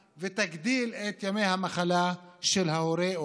ותגדיל את מספר ימי המחלה של ההורה,